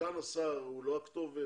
סגן השר הוא לא הכתובת,